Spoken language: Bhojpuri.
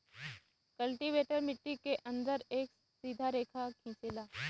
कल्टीवेटर मट्टी के अंदर एक सीधा रेखा खिंचेला